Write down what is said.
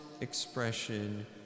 expression